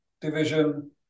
division